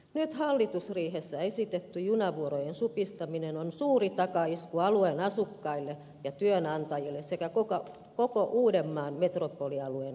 nyt hallitusriihessä esitetty junavuorojen supistaminen on suuri takaisku alueen asukkaille ja työnantajille sekä koko uudenmaan metropolialueen kehitykselle